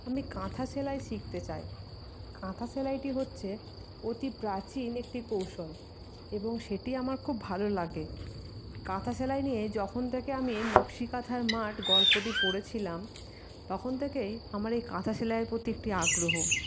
আমি কাঁথা সেলাই শিখতে চাই কাঁথা সেলাইটি হয়েছে অতি প্রাচীন একটি কৌশল এবং সেটি আমার খুব ভালো লাগে কাঁথা সেলাই নিয়ে যখন থেকে আমি নক্সি কাঁথার মাঠ গল্পটি পড়েছিলাম তখন থেকেই আমার এই কাঁথা সেলাইয়ের প্রতি একটি আগ্রহ